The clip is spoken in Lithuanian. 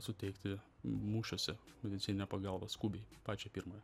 suteikti mūšiuose medicininę pagalbą skubiai pačią pirmąją